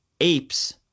apes